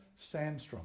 Sandstrom